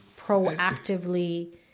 proactively